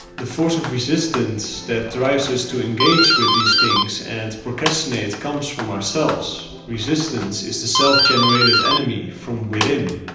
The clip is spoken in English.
the force of resistance that drives us to engage with these things and procrastinate, comes from ourselves resistance is the self generated enemy from within